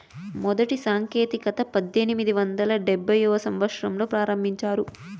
మొదటి సాంకేతికత పద్దెనిమిది వందల డెబ్భైవ సంవచ్చరంలో ప్రారంభించారు